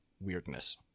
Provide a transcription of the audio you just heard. weirdness